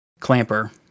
clamper